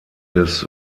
des